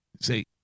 See